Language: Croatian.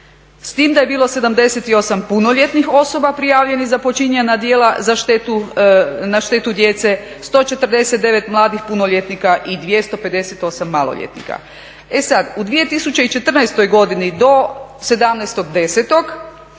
s tim da je bilo 78 punoljetnih osoba prijavljenih za počinjena djela na štetu djece 149 mladih punoljetnika i 258 maloljetnika. E sada u 2014.godini do 17.10.navedeno